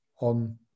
on